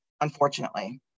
unfortunately